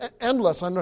endless